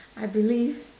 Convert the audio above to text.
I believe